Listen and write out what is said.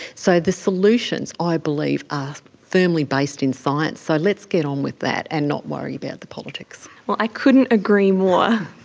so the solutions i believe are firmly based in science, so let's get on with that and not worry about the politics. i couldn't agree more.